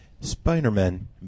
Spider-Man